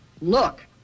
Look